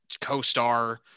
co-star